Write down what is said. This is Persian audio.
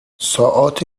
ساعات